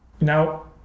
Now